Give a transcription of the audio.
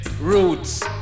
roots